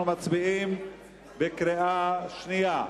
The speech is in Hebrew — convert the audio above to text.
אנחנו מצביעים בקריאה שנייה.